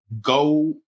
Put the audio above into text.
go